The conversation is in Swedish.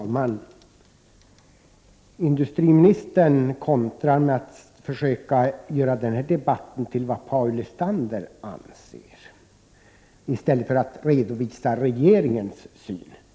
Fru talman! Industriministern kontrar med att försöka göra den här debatten till en fråga om vad Paul Lestander anser, i stället för att redovisa regeringens syn.